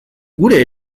gure